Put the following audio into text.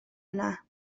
yna